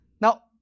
Now